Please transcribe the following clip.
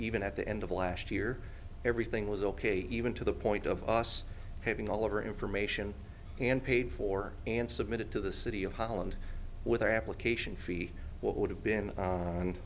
even at the end of last year everything was ok even to the point of us having all of our information and paid for and submitted to the city of holland with our application fee what would have been